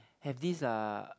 have this uh